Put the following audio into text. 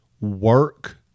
work